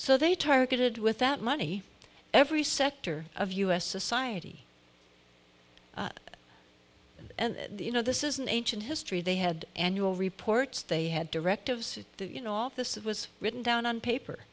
so they targeted with that money every sector of u s society and you know this is an ancient history they had annual reports they had directives you know office it was written down on paper